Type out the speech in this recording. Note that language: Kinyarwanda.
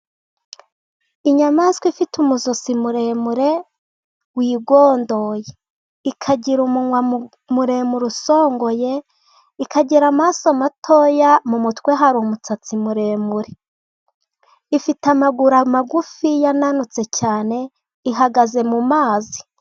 Inyamaswa ifite umusozi muremure wigondoye, ikagira umunwa muremure usongoye, ikagira amaso matoya mu mutwe hari umusatsi muremure, ifite amaguru magufiya ananutse cyane, ihagaze mu mazi.